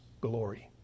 glory